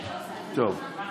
טוב.